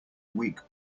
week